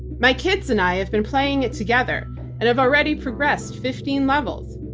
my kids and i have been playing it together and have already progressed fifteen levels.